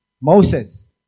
Moses